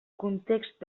context